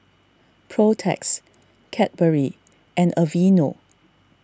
Protex Cadbury and Aveeno